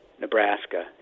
Nebraska